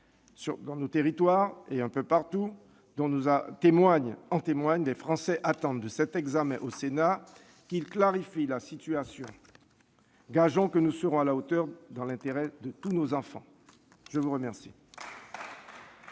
dans nos territoires et un peu partout en témoignent -, les Français attendent du Sénat qu'il clarifie la situation. Gageons que nous serons à la hauteur, dans l'intérêt de tous nos enfants. La parole